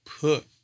put